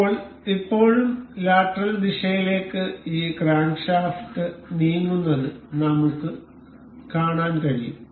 ഇപ്പോൾ ഇപ്പോഴും ലാറ്ററൽ ദിശയിലേക്ക് ഈ ക്രാങ്ക്ഷാഫ്റ്റ് നീങ്ങുന്നത് നമുക്ക് കാണാൻ കഴിയും